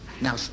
Now